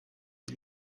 est